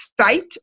site